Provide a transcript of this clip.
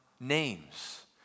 names